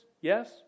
Yes